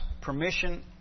permission